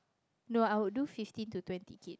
no I would do fifteen to twenty kid